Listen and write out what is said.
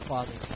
Father